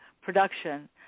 Production